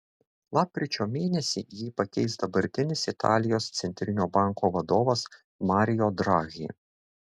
lapkričio mėnesį jį pakeis dabartinis italijos centrinio banko vadovas mario draghi